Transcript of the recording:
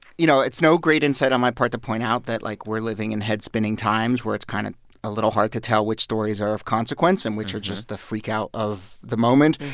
you know, it's no great insight on my part to point out that, like, we're living in head-spinning times where it's kind of a little hard to tell which stories are of consequence and which are just the freak-out of the moment.